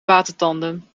watertanden